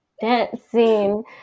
dancing